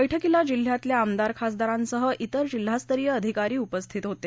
बैठकीला जिल्ह्यातल्या आमदार खासदारांसह इतर जिल्हास्तरीय अधिकारी उपस्थित होते